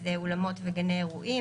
שזה אולמות וגני אירועים,